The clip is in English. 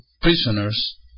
prisoners